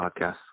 podcast